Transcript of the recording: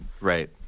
Right